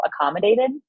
accommodated